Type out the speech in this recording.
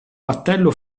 battello